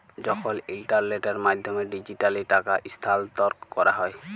যখল ইলটারলেটের মাধ্যমে ডিজিটালি টাকা স্থালাল্তর ক্যরা হ্যয়